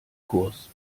kurs